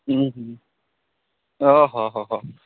ᱚ ᱦᱚᱸ ᱦᱚᱸ ᱦᱚᱸ